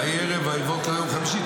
ויהי ערב ויהיה בוקר יום חמישי.